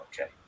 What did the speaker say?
okay